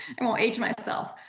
and won't age myself.